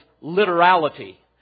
literality